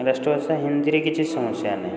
ରାଷ୍ଟ୍ରୀୟ ଭାଷା ହିନ୍ଦୀରେ କିଛି ସମସ୍ୟା ନାହିଁ